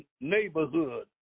neighborhood